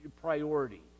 priority